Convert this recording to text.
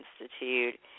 Institute